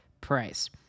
price